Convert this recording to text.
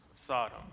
Sodom